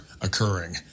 occurring